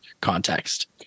context